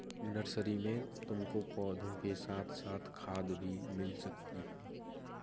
nursery में तुमको पौधों के साथ साथ खाद भी मिल सकती है